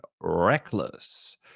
reckless